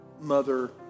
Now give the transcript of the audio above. mother